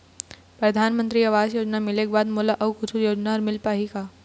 परधानमंतरी आवास योजना मिले के बाद मोला अऊ कुछू योजना हर मिल पाही का?